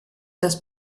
das